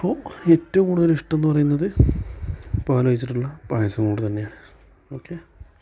അപ്പോൾ ഏറ്റോം കൂടുതലിഷ്ട്ടന്നു പറയുന്നത് പാലൊഴിച്ചിട്ടുള്ള പായസോങ്ങളോട് തന്നെയാണ് ഓക്കെ